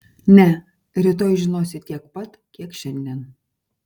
ne rytoj žinosi tiek pat kiek šiandien